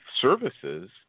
services